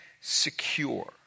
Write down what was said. secure